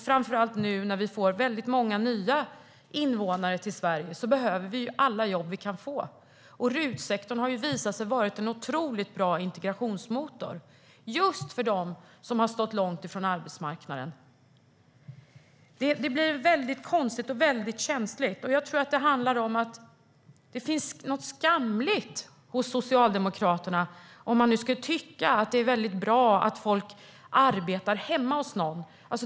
Framför allt nu när vi får många nya invånare i Sverige behöver vi alla jobb vi kan få, och RUT-sektorn har visat sig vara en otroligt bra integrationsmotor för dem som står långt från arbetsmarknaden. Det blir väldigt konstigt och känsligt. Jag tror att det handlar om att det finns något skamligt hos Socialdemokraterna om man skulle tycka att det är bra att folk arbetar hemma hos någon.